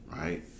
Right